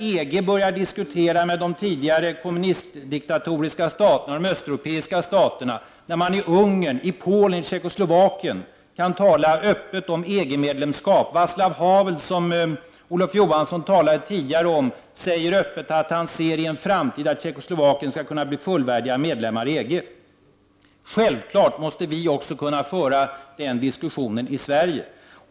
EG börjar diskutera med de tidigare kommunistdiktatoriska staterna, de östeuropeiska staterna. I Ungern, Polen och Tjeckoslovakien kan man tala öppet om EG-medlemskap. Vaclav Havel — som Olof Johansson tidigare talade om — säger Öppet att han ser i en framtid att Tjeckoslovakien skall kunna bli fullvärdig medlem i EG. Självklart måste vi kunna föra den diskussionen också i Sverige.